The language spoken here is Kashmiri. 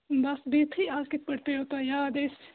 بَس بِہتھٕے اَز کِتھٕ پٲٹھۍ پٮ۪وٕ تۄہہِ یاد أسۍ